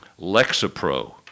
Lexapro